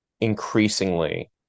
increasingly